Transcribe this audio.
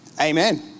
Amen